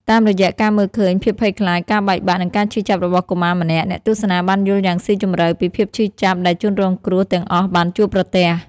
តាមរយៈការមើលឃើញភាពភ័យខ្លាច ការបែកបាក់ និងការឈឺចាប់របស់កុមារម្នាក់ អ្នកទស្សនាបានយល់យ៉ាងស៊ីជម្រៅពីភាពឈឺចាប់ដែលជនរងគ្រោះទាំងអស់បានជួបប្រទះ។